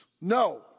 No